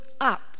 up